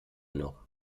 noch